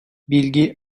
bilgi